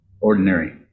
Ordinary